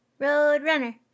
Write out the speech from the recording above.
Roadrunner